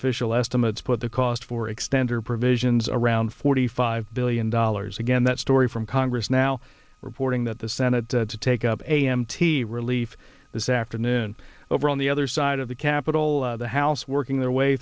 unofficial estimates put the cost for extender provisions around forty five billion dollars again that story from congress now reporting that the senate to take up a m t relief this afternoon over on the other side of the capitol the house working their way